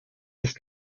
ist